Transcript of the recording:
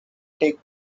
take